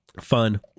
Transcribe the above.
Fun